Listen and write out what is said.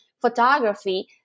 photography